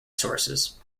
sources